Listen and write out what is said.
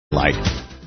light